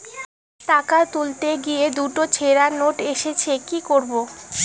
টাকা তুলতে গিয়ে দুটো ছেড়া নোট এসেছে কি করবো?